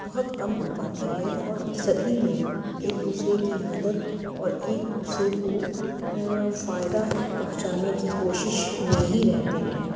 بہت کم ہو پاتی ہے اور سبھی لوگ ایک دوسرے کی مدد اور ایک دوسرے کو فائدہ پہنچانے کی کوشش میں ہی رہتے ہیں